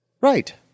Right